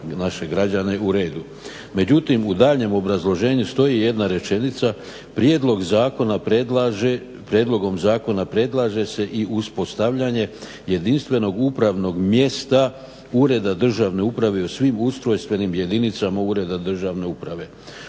u daljnjem obrazloženju stoji jedna rečenica, prijedlogom zakona predlaže se i uspostavljanje jedinstvenog upravnog mjesta, ureda državne uprave u svim ustrojstvenim jedinicama ureda državne uprave.